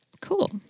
Cool